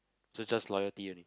so just loyalty only